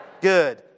Good